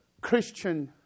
Christian